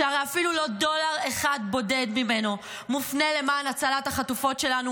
והרי אפילו לא דולר אחד בודד ממנו מופנה למען הצלת החטופות שלנו